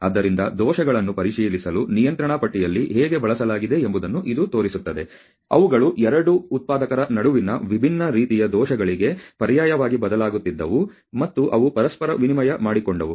ಆದ್ದರಿಂದ ದೋಷಗಳನ್ನು ಪರಿಶೀಲಿಸಲು ನಿಯಂತ್ರಣ ಪಟ್ಟಿಯಲ್ಲಿ ಹೇಗೆ ಬಳಸಲಾಗಿದೆ ಎಂಬುದನ್ನು ಇದು ತೋರಿಸುತ್ತದೆ ಅವುಗಳು 2 ಉತ್ಪಾದಕರ ನಡುವಿನ ವಿಭಿನ್ನ ರೀತಿಯ ದೋಷಗಳಿಗೆ ಪರ್ಯಾಯವಾಗಿ ಬದಲಾಗುತ್ತಿದ್ದವು ಮತ್ತು ಅವು ಪರಸ್ಪರ ವಿನಿಮಯ ಮಾಡಿಕೊಂಡವು